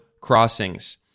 crossings